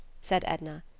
said edna,